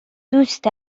دوست